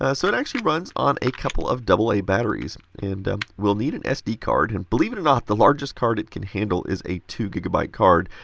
ah so, it actually runs on a couple of double-a batteries. and, we'll need an sd card. and believe it or not the largest card it can handle is a two gigabyte card,